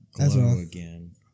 again